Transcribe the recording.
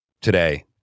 today